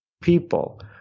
people